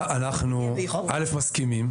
א', אנחנו מסכימים.